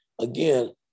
again